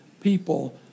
people